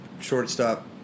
shortstop